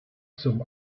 zum